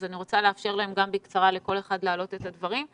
אני רוצה לאפשר לכל אחד להעלות את הדברים בקצרה.